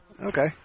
Okay